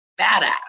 badass